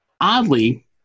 oddly